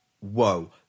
Whoa